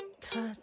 touch